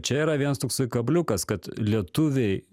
čia yra vienas toksai kabliukas kad lietuviai